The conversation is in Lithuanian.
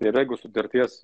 ir jeigu sutarties